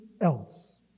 else